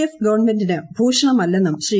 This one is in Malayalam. എഫ് ഗവൺമെന്റിന് ഭൂഷണമല്ലെന്നും ശ്രീ